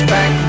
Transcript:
Back